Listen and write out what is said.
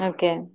Okay